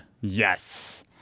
Yes